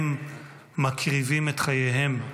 הם מקריבים את חייהם,